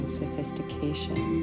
sophistication